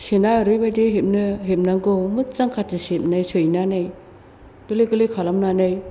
सेना ओरैबायदि हेबनांगौ मोजां खाथि सैनानै गोरलै गोरलै खालामनानै